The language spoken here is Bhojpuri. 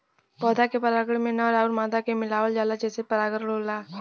पौधा के परागण में नर आउर मादा के मिलावल जाला जेसे परागण होला